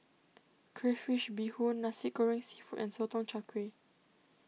Crayfish BeeHoon Nasi Goreng Seafood and Sotong Char Kway